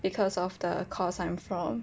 because of the course I'm from